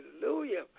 hallelujah